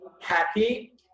happy